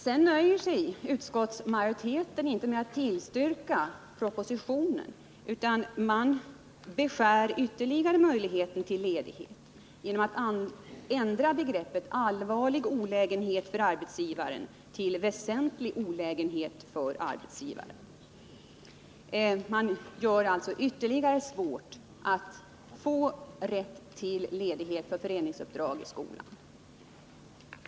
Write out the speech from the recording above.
Sedan nöjer sig utskottsmajoriteten inte med att tillstyrka propositionen, utan man beskär ytterligare möjligheten till ledighet genom att ändra begreppet ”allvarlig olägenhet” för arbetsgivaren till ”väsentlig olägenhet”. Man gör det alltså ännu svårare att få rätt till ledighet för föreningsuppdrag i skolan.